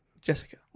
Jessica